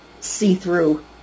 see-through